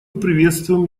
приветствуем